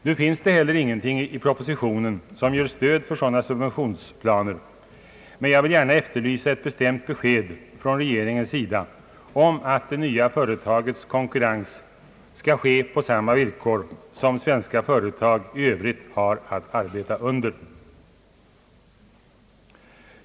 Nu finns det heller ingenting i propositionen som ger stöd för sådana subventionsplaner, men jag vill gärna efterlysa ett bestämt besked från regeringens sida om att det nya företagets konkurrens skall ske på samma villkor som Ssvenska företag i övrigt har att arbeta under.